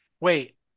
Wait